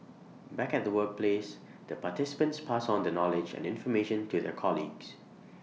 back at the workplace the participants pass on the knowledge and information to their colleagues